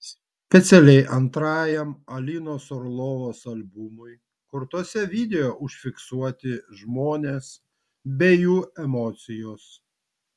specialiai antrajam alinos orlovos albumui kurtuose video užfiksuoti žmones bei jų emocijos